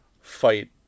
fight